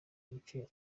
buke